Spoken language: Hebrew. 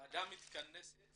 הוועדה מתכנסת